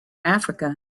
africa